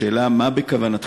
השאלה היא: מה בכוונתכם,